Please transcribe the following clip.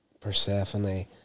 Persephone